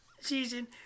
Season